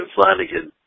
Flanagan